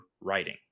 writing